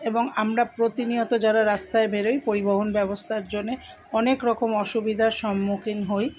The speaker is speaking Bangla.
এবং আমরা প্রতিনিয়ত যারা রাস্তায় বেরোই পরিবহণ ব্যবস্থার জন্যে অনেক রকম অসুবিধার সম্মুখীন হই